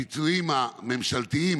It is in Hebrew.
הפיצויים הממשלתיים,